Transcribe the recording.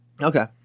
Okay